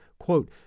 Quote